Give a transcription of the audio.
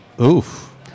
Oof